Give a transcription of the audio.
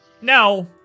now